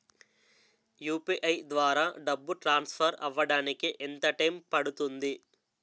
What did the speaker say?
UPI ద్వారా డబ్బు transfer అవ్వడానికి ఎంత టైం పడుతుంది?